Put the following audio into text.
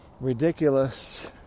ridiculous